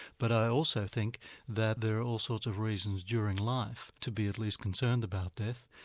but i also think that there are all sorts of reasons during life to be at least concerned about death.